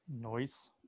noise